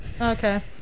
Okay